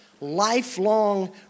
lifelong